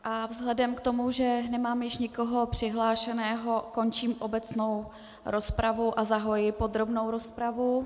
A vzhledem k tomu, že nemám již nikoho přihlášeného, končím obecnou rozpravu a zahajuji podrobnou rozpravu.